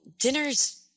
dinner's